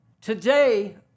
Today